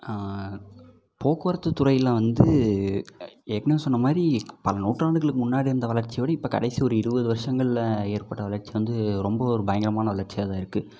போக்குவரத்து துறையில் வந்து ஏற்கனவே சொன்னமாதிரி பல நூற்றாண்டுகளுக்கு முன்னாடி இருந்த வளர்ச்சியை விட இப்போ கடைசி ஒரு இருபது வருஷங்களில் ஏற்பட்ட வளர்ச்சி வந்து ரொம்ப ஒரு பயங்கரமான வளர்ச்சியாக தான் இருக்கு